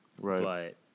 right